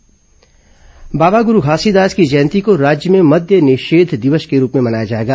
घासीदास जयंती बाबा गुरू घासीदास की जयंती को राज्य में मद्य निषेध दिवस के रूप में मनाया जाएगा